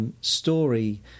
Story